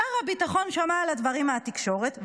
שר הביטחון שמע על הדברים מהתקשורת,